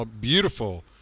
beautiful